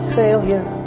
failure